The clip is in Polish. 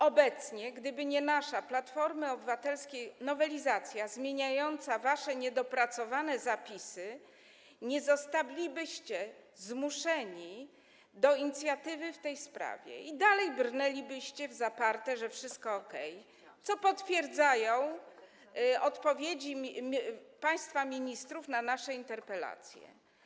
Obecnie gdyby nie nasza, Platformy Obywatelskiej, nowelizacja zmieniająca wasze niedopracowane zapisy, nie zostalibyście zmuszeni do inicjatywy w tej sprawie i dalej brnęlibyście w zaparte, że wszystko jest okej, co potwierdzają odpowiedzi państwa ministrów na nasze interpelacje.